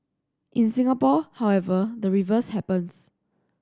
in Singapore however the reverse happens